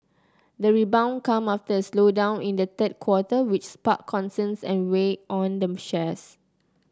the rebound comes after a slowdown in the third quarter which sparked concerns and weighed on the shares